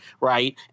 right